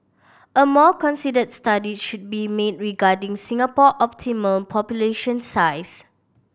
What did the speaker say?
a more considered study should be made regarding Singapore optimal population size